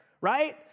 Right